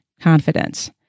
confidence